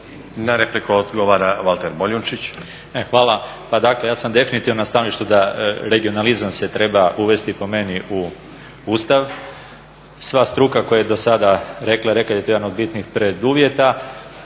**Boljunčić, Valter (IDS)** Hvala. Pa dakle, ja sam definitivno na stajalištu da regionalizam se treba uvesti po meni u Ustav. Sva struka koja je do sada rekla, rekla je da je to jedan od bitnih preduvjeta.